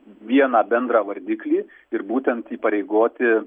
vieną bendrą vardiklį ir būtent įpareigoti